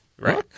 Right